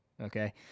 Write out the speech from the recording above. Okay